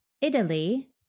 Italy